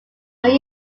may